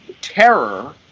terror